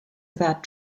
about